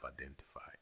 identified